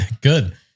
Good